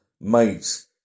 mates